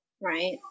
Right